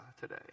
today